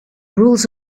rules